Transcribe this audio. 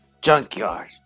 junkyard